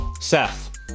Seth